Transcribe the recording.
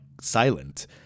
silent